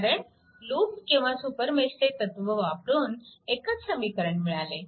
कारण लूप किंवा सुपरमेशचे तत्व वापरून एकच समीकरण मिळाले